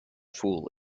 full